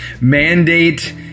mandate